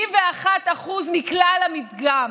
61% מכלל המדגם.